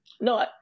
No